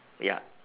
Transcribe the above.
ya